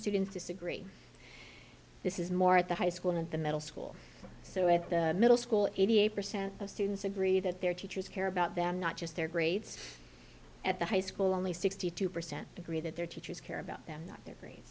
students disagree this is more at the high school and the middle school so at the middle school eighty eight percent of students agree that their teachers care about them not just their grades at the high school only sixty two percent agree that their teachers care about them not th